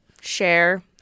share